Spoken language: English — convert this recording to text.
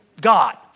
God